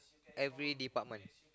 every department